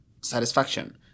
satisfaction